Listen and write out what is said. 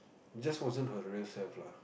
just wasn't her real self lah